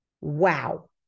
wow